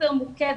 סופר מורכבת.